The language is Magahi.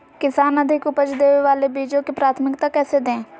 किसान अधिक उपज देवे वाले बीजों के प्राथमिकता कैसे दे?